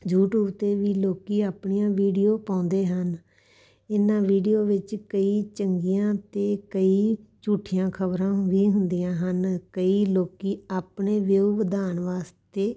YouTube 'ਤੇ ਵੀ ਲੋਕ ਆਪਣੀਆਂ ਵੀਡੀਓ ਪਾਉਂਦੇ ਹਨ ਇਹਨਾਂ ਵੀਡੀਓ ਵਿੱਚ ਕਈ ਚੰਗੀਆਂ ਅਤੇ ਕਈ ਝੂਠੀਆਂ ਖ਼ਬਰਾਂ ਵੀ ਹੁੰਦੀਆਂ ਹਨ ਕਈ ਲੋਕ ਆਪਣੇ ਵਿਊ ਵਧਾਉਣ ਵਾਸਤੇ